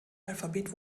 alphabet